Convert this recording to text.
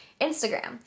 Instagram